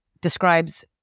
describes